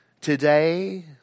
Today